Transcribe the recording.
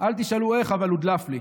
אל תשאלו איך, אבל הודלף לי.